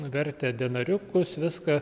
vertę denariukus viską